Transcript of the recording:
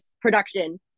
production